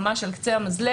ממש על קצה המזלג.